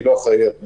אני לא אחראי על זה.